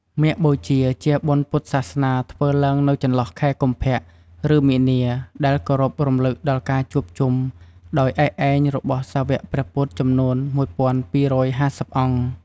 មាឃបូជា ជាបុណ្យពុទ្ធសាសនាធ្វើឡើងនៅចន្លោះខែកុម្ភៈ ឬមីនា ដែលគោរពរំលឹកដល់ការជួបជុំដោយឯកឯងរបស់សាវ័កព្រះពុទ្ធ ចំនួន១,២៥០ អង្គ។